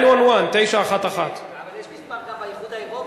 911. אבל יש מספר גם באיחוד האירופי,